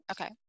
okay